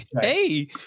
hey